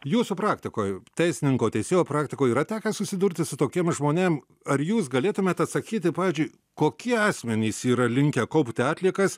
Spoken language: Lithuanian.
jūsų praktikoj teisininko teisėjo praktikoj yra tekę susidurti su tokiem žmonėm ar jūs galėtumėt atsakyti pavyzdžiui kokie asmenys yra linkę kaupti atliekas